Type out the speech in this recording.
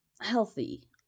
Healthy